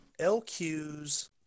LQs